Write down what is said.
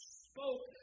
spoke